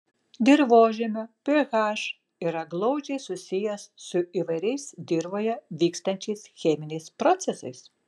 dirvožemio ph yra glaudžiai susijęs su įvairiais dirvoje vykstančiais cheminiais procesais